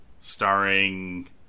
starring